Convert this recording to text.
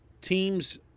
teams